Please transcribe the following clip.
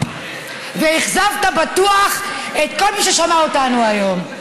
ואכזבת בטוח את כל מי ששמע אותנו היום.